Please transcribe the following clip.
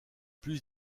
plus